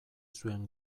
zuen